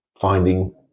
finding